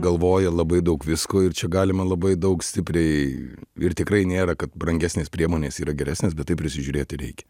galvoja labai daug visko ir čia galima labai daug stipriai ir tikrai nėra kad brangesnės priemonės yra geresnės bet taip prisižiūrėti reikia